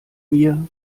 mir